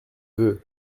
veut